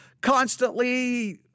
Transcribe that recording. constantly